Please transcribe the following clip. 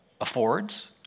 affords